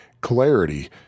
clarity